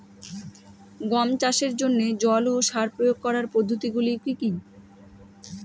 গম চাষের জন্যে জল ও সার প্রয়োগ করার পদ্ধতি গুলো কি কী?